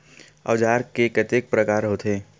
औजार के कतेक प्रकार होथे?